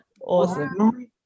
awesome